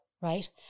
right